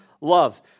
love